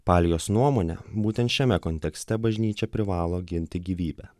partijos nuomone būtent šiame kontekste bažnyčia privalo ginti gyvybę